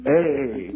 Hey